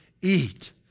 eat